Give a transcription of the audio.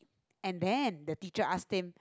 and then the teacher asked him